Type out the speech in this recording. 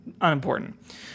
Unimportant